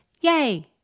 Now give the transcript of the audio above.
yay